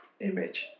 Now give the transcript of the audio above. image